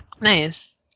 Nice